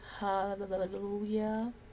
hallelujah